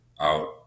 out